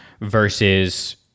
versus